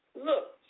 Look